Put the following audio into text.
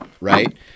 right